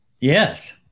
Yes